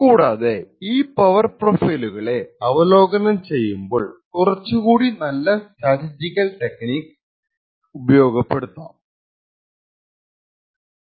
കൂടാതെ ഈ പവർ പ്രൊഫൈലുകളെ അവലോകനം ചെയ്യുമ്പോൾ കുറച്ചു കൂടി നല്ല സ്റ്റാറ്റിസ്റ്റിക്കൽ ടെക്നിക്ക് ഉപയോഗപ്പെടുത്താം എന്ന് മനസ്സിലാക്കാം